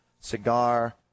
cigar